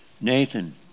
Nathan